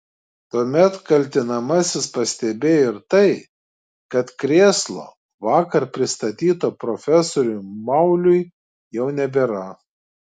tuomet kaltinamasis pastebėjo ir tai kad krėslo vakar pristatyto profesoriui mauliui jau nebėra